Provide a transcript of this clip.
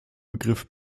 begriff